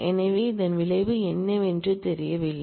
எனவே இதன் விளைவு என்னவென்று தெரியவில்லை